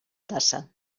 tassa